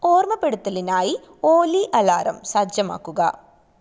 ഓർമ്മപ്പെടുത്തലിനായി ഓലി അലാറം സജ്ജമാക്കുക